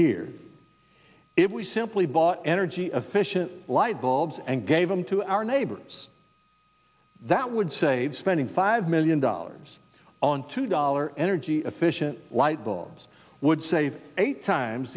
we simply bought energy efficient light bulbs and gave them to our neighbors that would save spending five million dollars on two dollar energy efficient light bulbs would save eight times